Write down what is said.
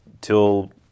till